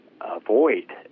avoid